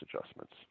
adjustments